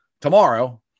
tomorrow